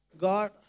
God